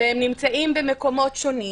והם נמצאים במקומות שונים.